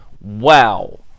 Wow